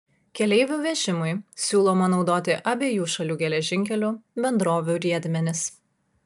keleivių vežimui siūloma naudoti abiejų šalių geležinkelių bendrovių riedmenis